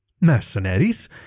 Mercenaries